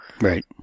Right